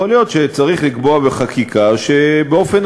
יכול להיות שצריך לקבוע בחקיקה שבאופן